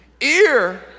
Ear